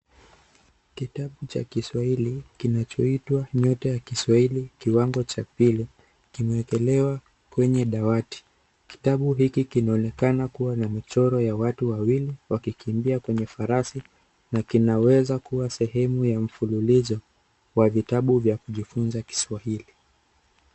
Kitabu cha Kiswahili kinachoitwa nyota Kiswahili kiwango cha pili kimewekelewa kwenye dawati. Kitabu hiki kinaonekana kuwa na michoro ya watu wawili wakikimbia kwenye farasi na kinaweza kuwa sehemu ya mfululizo wa vitabu vya kujifunza Kiswahili.